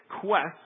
quest